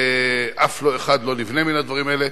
ואף לא אחד לא נבנה מהדברים האלה.